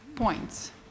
points